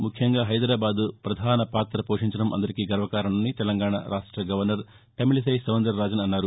ముఖ్యంగా హైదరాబాద్ పధానపాత పోషించడం అందరికీ గర్వకారణమని తెలంగాణ గవర్నర్ తమిళిసై సౌందరరాజన్ అన్నారు